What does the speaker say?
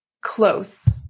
close